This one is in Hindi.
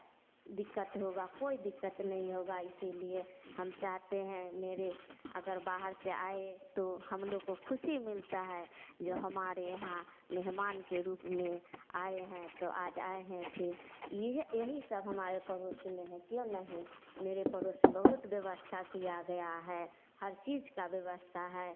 दिक्कत होगा कोई दिक्कत नहीं होगा इसीलिए हम चाहते हैं मेरे अगर बाहर से आएँ तो हम लोक को खुशी मिलता है जो हमारे यहाँ मेहमान के रूप में आए हैं तो आज आएँ हैं फिर यह है यही सब हमारे पड़ोस में है क्यों नहीं मेरे पड़ोस में बहुत व्यवस्था किया गया है हर चीज़ का व्यवस्था है